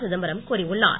சிதம்பரம் கூறியுள்ளார்